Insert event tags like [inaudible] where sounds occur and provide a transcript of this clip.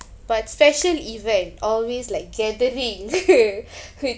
but special event always like gathering [laughs]